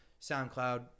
SoundCloud